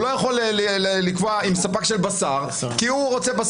הוא לא יכול לקבוע עם ספק של בשר כי כל אחד